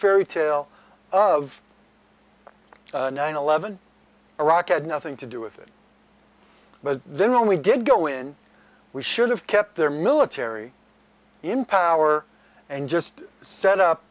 fairy tale of nine eleven iraq had nothing to do with it but then when we did go in we should have kept their military in power and just